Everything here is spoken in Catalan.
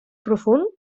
profund